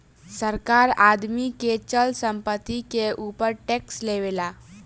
सरकार आदमी के चल संपत्ति के ऊपर टैक्स लेवेला